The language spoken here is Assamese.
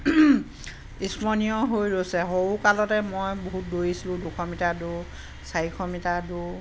স্মৰণীয় হৈ ৰৈছে সৰুকালতে মই বহুত দৌৰিছিলোঁ দুশ মিটাৰ দৌৰ চাৰিশ মিটাৰ দৌৰ